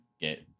get